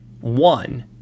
One